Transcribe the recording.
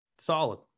solid